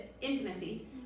intimacy